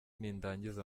nindangiza